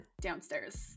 downstairs